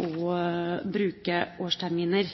å bruke årsterminer.